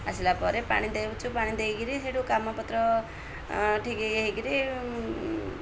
ଆସିଲା ପରେ ପାଣି ଦେଉଛୁ ପାଣି ଦେଇକିରି ସେଇଠୁ କାମପତ୍ର ଠିକ୍ ହେଇକିରି